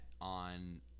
on